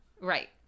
Right